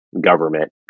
government